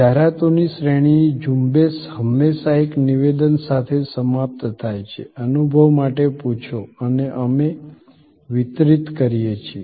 જાહેરાતોની શ્રેણીની ઝુંબેશ હંમેશા એક નિવેદન સાથે સમાપ્ત થાય છે અનુભવ માટે પૂછો અને અમે વિતરિત કરીએ છીએ